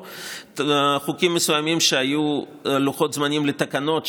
או עם חוקים מסוימים שהיו בהם לוחות זמנים לתקנות,